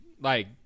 like-